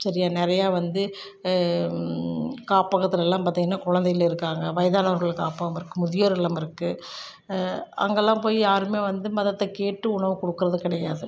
சரியா நிறையா வந்து காப்பகதுல எல்லாம் பார்த்திங்கன்னா குழந்தைகள் இருக்காங்க வயதானவர்கள் காப்பகம் இருக்கு முதியோர் இல்லம் இருக்கு அங்கெல்லாம் போய் யாருமே வந்து மதத்தைக் கேட்டு உணவு கொடுக்கறது கிடையாது